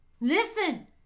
Listen